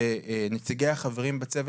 שנציגיה חברים בצוות,